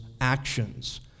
actions